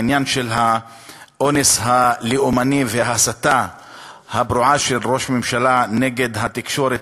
העניין של האונס הלאומני וההסתה הפרועה של ראש הממשלה נגד התקשורת,